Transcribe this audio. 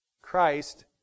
Christ